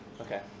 okay